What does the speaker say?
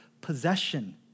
possession